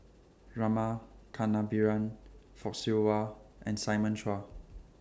Rama Kannabiran Fock Siew Wah and Simon Chua